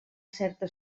certa